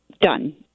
done